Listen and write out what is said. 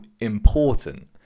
important